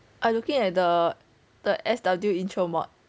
I'm looking at the the S_W intro mod